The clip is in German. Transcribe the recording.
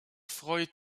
freut